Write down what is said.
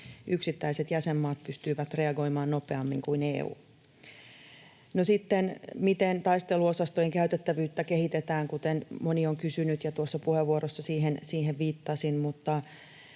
olla. Yksittäiset jäsenmaat pystyivät reagoimaan nopeammin kuin EU. No sitten, miten taisteluosastojen käytettävyyttä kehitetään, kuten moni on kysynyt, ja tuossa puheenvuorossa siihen viittasin.